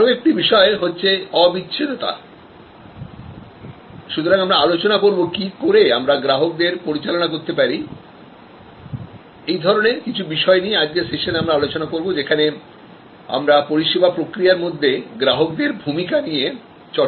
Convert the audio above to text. আরো একটি বিষয হচ্ছে অবিচ্ছেদ্যতাসুতরাং আমরা আলোচনা করব কি করে আমরা গ্রাহকদের পরিচালনা করতে পারি এই ধরনের কিছু বিষয় নিয়ে আজকের সেশানে আমরা আলোচনা করব যেখানে আমরা পরিষেবা প্রক্রিয়ার মধ্যে গ্রাহকদের ভূমিকা নিয়ে চর্চা করব